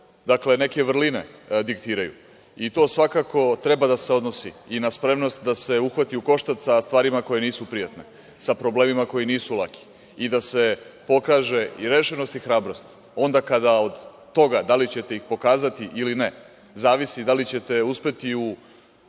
dakle, neke vrline diktiraju. To, svakako, treba da se odnosi i na spremnost da se uhvati u koštac sa stvarima koje nisu prijatne, sa problemima koji nisu laki i da se pokaže i rešenost i hrabrost onda kada od toga da li ćete ih pokazati ili ne zavisi da li ćete uspeti u